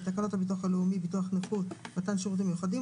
לתקנות הביטוח הלאומי (ביטוח נכות) (מתן שירותים מיוחדים),